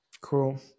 Cool